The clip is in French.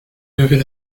lever